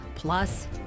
Plus